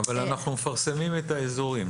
אבל אנחנו מפרסמים את האזורים.